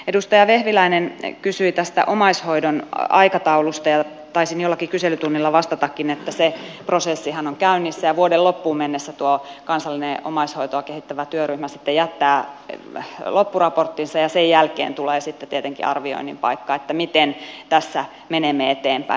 edustaja vehviläinen kysyi tästä omaishoidon aikataulusta ja taisin jollakin kyselytunnilla vastatakin että se prosessihan on käynnissä ja vuoden loppuun mennessä tuo kansallinen omaishoitoa kehittävä työryhmä sitten jättää loppuraporttinsa ja sen jälkeen tulee tietenkin arvioinnin paikka miten tässä menemme eteenpäin